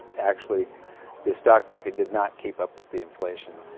actually the stock market did not keep up with the inflation.